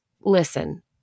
Listen